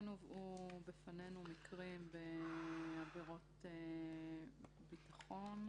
הובאו בפנינו מקרים בעבירות ביטחון.